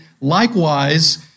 Likewise